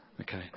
Okay